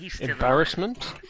Embarrassment